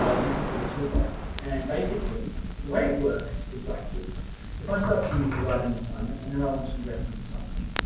ah you can see the toolbar and basically the way it works is like this if i start to write an assignment and then i want to reference something